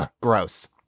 Gross